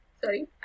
Sorry